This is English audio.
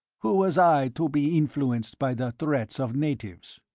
who was i to be influenced by the threats of natives?